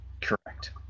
Correct